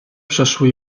przeszły